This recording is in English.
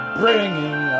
bringing